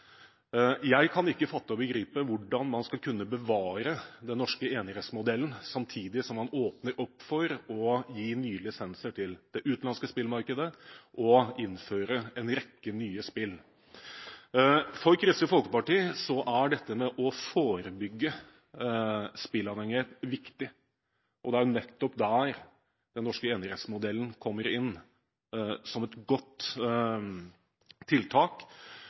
Jeg kan ikke fatte og begripe hvordan man skal kunne bevare den norske enerettsmodellen samtidig som man åpner for å gi nye lisenser til det utenlandske spillemarkedet og innføre en rekke nye spill. For Kristelig Folkeparti er dette med å forebygge spilleavhengighet viktig. Det er nettopp der den norske enerettsmodellen kommer inn som et godt tiltak